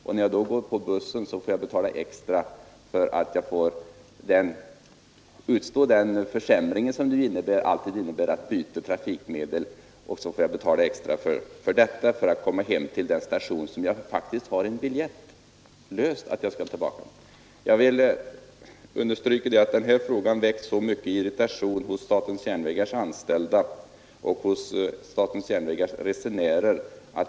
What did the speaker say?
Och när jag då stiger på den bussen får jag betala extra — för den försämring som det alltid innebär att byta trafikmedel — för att komma hem till den station som jag faktiskt har löst biljett för att komma tillbaka till. Jag vill understryka att detta system har väckt mycket stor irritation hos statens järnvägars anställda och resenärer.